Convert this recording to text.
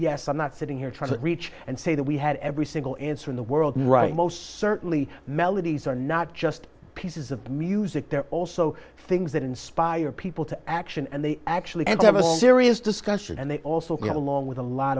yes i'm not sitting here trying to reach and say that we had every single answer in the world right most certainly melodies are not just pieces of music they're also things that inspire people to action and they actually and have all there is discussion and they also get along with a lot